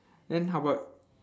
then how about